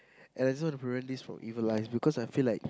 and I want to prevent this from evil eyes because I feel like